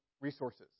resources